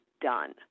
done